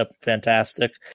fantastic